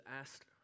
ask